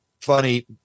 funny